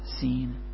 seen